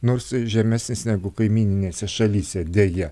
nors žemesnis negu kaimyninėse šalyse deja